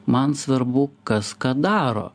man svarbu kas ką daro